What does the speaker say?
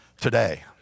today